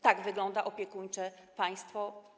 Tak wygląda opiekuńcze państwo?